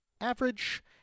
average